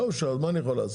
לא אושר, מה אני יכול לעשות?